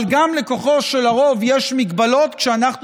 אבל גם לכוחו של הרוב יש הגבלות כשאנחנו